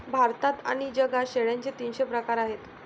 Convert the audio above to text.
भारतात आणि जगात शेळ्यांचे तीनशे प्रकार आहेत